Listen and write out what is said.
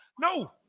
No